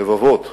רבבות